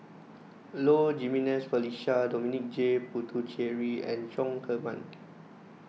Low Jimenez Felicia Dominic J Puthucheary and Chong Heman